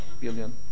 billion